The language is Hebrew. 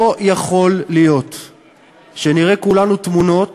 לא יכול להיות שנראה כולנו תמונות